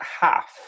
half